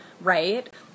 right